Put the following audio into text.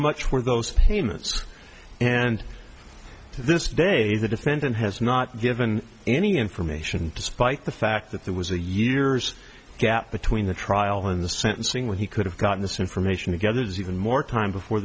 much were those payments and to this day the defendant has not given any information despite the fact that there was a years gap between the trial in the sentencing when he could have gotten this information together is even more time before